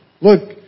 look